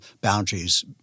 boundaries